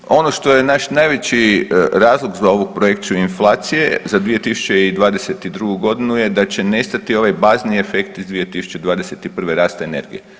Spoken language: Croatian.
Znači ono što je naš najveći razlog za ovu projekciju inflacije za 2022.g. je da će nestati ovaj bazni efekt iz 2021. rasta energije.